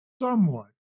somewhat